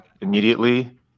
immediately